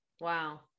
Wow